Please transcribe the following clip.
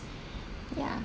ya